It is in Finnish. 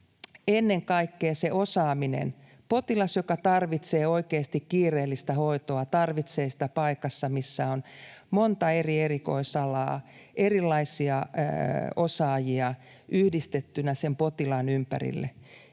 ennen kaikkea se osaaminen: Potilas, joka tarvitsee oikeasti kiireellistä hoitoa, tarvitsee sitä paikassa, missä on monta eri erikoisalaa, erilaisia osaajia yhdistettynä sen potilaan ympärille.